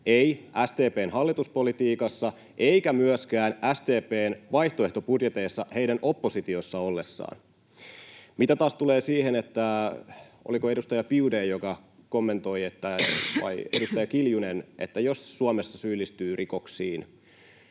SDP:n hallituspolitiikassa eikä myöskään SDP:n vaihtoehtobudjeteissa heidän oppositiossa ollessaan. Mitä taas tulee siihen — oliko edustaja Biaudet, joka kommentoi, vai edustaja Kiljunen — että jos Suomessa syyllistyy rikoksiin,